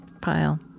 pile